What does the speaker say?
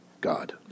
God